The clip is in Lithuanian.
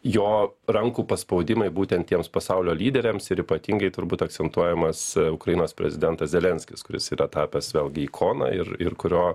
jo rankų paspaudimai būtent tiems pasaulio lyderiams ir ypatingai turbūt akcentuojamas ukrainos prezidentas zelenskis kuris yra tapęs vėlgi ikona ir ir kurio